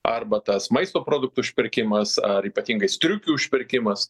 arba tas maisto produktų užpirkimas ar ypatingai striukių užpirkimas